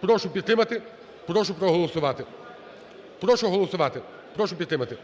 Прошу підтримати, прошу проголосувати. Прошу голосувати, прошу підтримати.